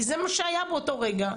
כי זה מה שהיה באותו רגע.